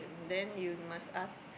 then you must ask